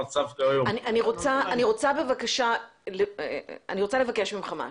אני רוצה לבקש ממך משהו.